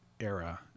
era